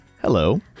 Hello